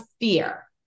fear